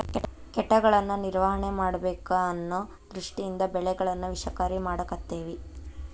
ಕೇಟಗಳನ್ನಾ ನಿರ್ವಹಣೆ ಮಾಡಬೇಕ ಅನ್ನು ದೃಷ್ಟಿಯಿಂದ ಬೆಳೆಗಳನ್ನಾ ವಿಷಕಾರಿ ಮಾಡಾಕತ್ತೆವಿ